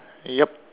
yup